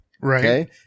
right